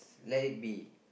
let it be